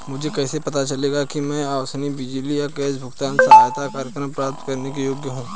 मुझे कैसे पता चलेगा कि मैं आवासीय बिजली या गैस भुगतान सहायता कार्यक्रम प्राप्त करने के योग्य हूँ?